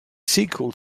sequel